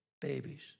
Babies